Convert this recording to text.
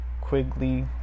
Quigley